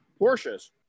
Porsches